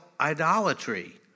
idolatry